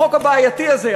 החוק הבעייתי הזה,